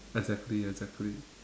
exactly exactly